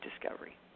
discovery